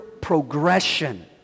progression